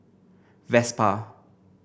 Vespa